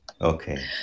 Okay